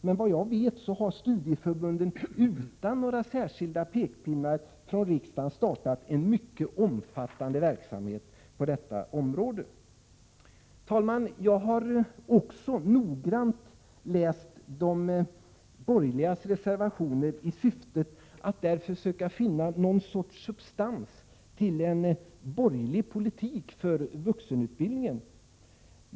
Men såvitt jag vet har studieförbunden utan några särskilda pekpinnar från riksdagen startat en mycket omfattande verksamhet på detta område. Herr talman! Jag har noggrant läst de borgerligas reservationer i syfte att där försöka finna någon sorts substans för en borgerlig politik för vuxenutbildningen.